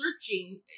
searching